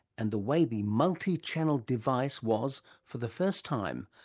and the way the multi-channel device was, for the first time,